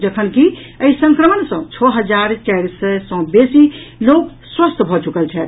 जखनकि एहि सक्रमण सँ छओ हजार चारि सय सँ बेसी लोक स्वस्थ भऽ चुकल छथि